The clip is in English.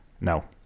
no